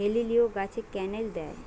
হেলিলিও গাছে ক্যানেল দেয়?